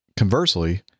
Conversely